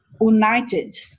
united